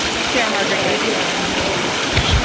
sarah margaret guys ler um here today for